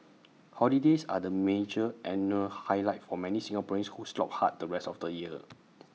holidays are the major annual highlight for many Singaporeans who slog hard the rest of the year